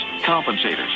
compensators